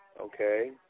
okay